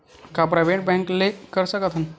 का private bank ले कर सकत हन?